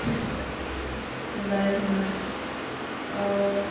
दै हइ आओर